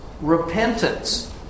repentance